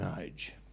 Age